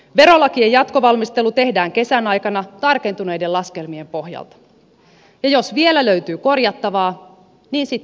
verolakien jatkovalmistelu tehdään kesän aikana tarkentuneiden laskelmien pohjalta ja jos vielä löytyy korjattavaa niin sitten ne korjataan